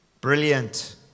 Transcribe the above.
Brilliant